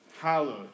hallowed